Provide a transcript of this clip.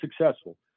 successful